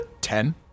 Ten